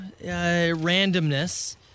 Randomness